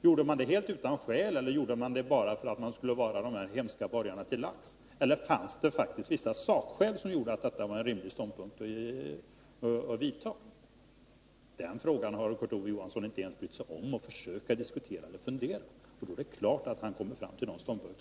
Gjorde man det helt utan skäl, eller gjorde man det bara för att vara de hemska borgarna till lags? Fanns det faktiskt vissa sakskäl som gjorde att ståndpunkten var rimlig? Den frågan har Kurt Ove Johansson inte brytt sig om att ens fundera på, och därför är det klart att han kan komma fram till sin ståndpunkt.